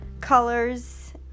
colors